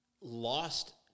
lost